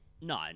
No